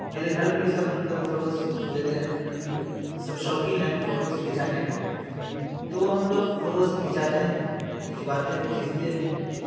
میرے گھر میں بھی سب مطلب فوٹوز لیتے ہیں سب شوقین ہیں فوٹوز کھینچانے کے تو ہم لوگ فوٹوز کھچاتے ہیں کھینچواتے ہیں کھینچتے ہیں